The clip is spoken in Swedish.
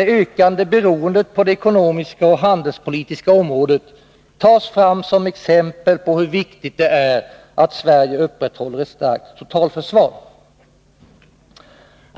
det ökande beroendet på det ekonomiska och handelspolitiska området tas fram som exempel på hur viktigt det är att Sverige upprätthåller ett starkt totalförsvar.